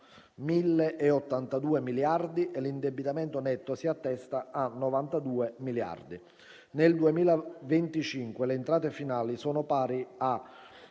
2023 miliardi e l’indebitamento netto si attesta su 92 miliardi; nel 2025 le entrate finali sono pari